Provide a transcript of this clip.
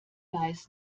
weiß